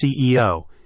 CEO